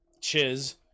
chiz